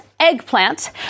eggplant